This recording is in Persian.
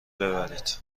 ببرید